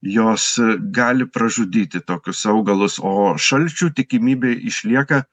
jos gali pražudyti tokius augalus o šalčių tikimybė išlieka